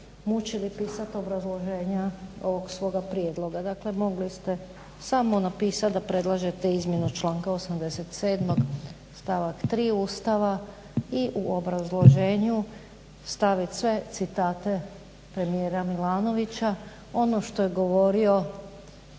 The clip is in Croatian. mučili pisat obrazloženja ovog svoga prijedloga, dakle mogli ste samo napisat da predlažete izmjenu članka 87. stavak 3. Ustava i u obrazloženju stavit sve citate premijera Milanovića, ono što je govorio